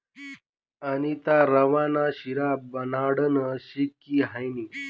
अनीता रवा ना शिरा बनाडानं शिकी हायनी